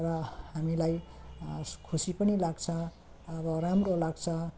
र हामीलाई खुसी पनि लाग्छ अब राम्रो लाग्छ